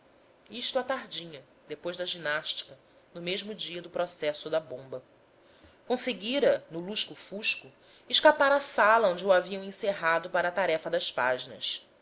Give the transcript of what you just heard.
isto à tardinha depois da ginástica no mesmo dia do processo da bomba conseguira no lusco-fusco escapar à sala onde o haviam encerrado para a tarefa das páginas